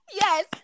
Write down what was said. yes